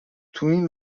تواین